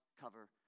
cover